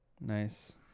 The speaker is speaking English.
Nice